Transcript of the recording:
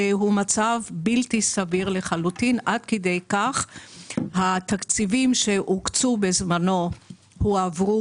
הוא מצב בלתי סביר לחלוטין עד כדי כך שהתקציבים שהוקצו בזמנו הועברו